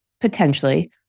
potentially